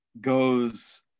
goes